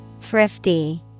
Thrifty